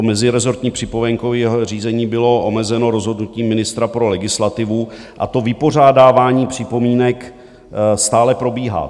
Mezirezortní připomínkové řízení bylo omezeno rozhodnutím ministra pro legislativu a vypořádávání připomínek stále probíhá.